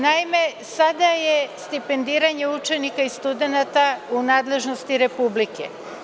Naime, sada je stipendiranje učenika i studenata u nadležnosti Republike.